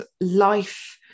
life